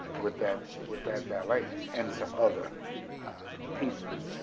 with that, with that ballet and some other pieces,